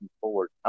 forward